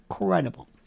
incredible